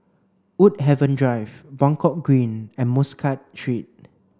Woodhaven Drive Buangkok Green and Muscat Street